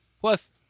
Plus